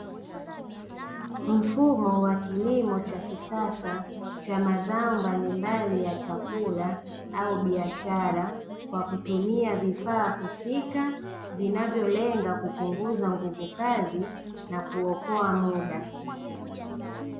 Mfumo wa kilimo cha kisasa cha mazao mbalimbali ya chakula au biashara, kwa kutumia vifaaa husika ,vinayolenga kupunguza nguvukazi na kuokoa muda.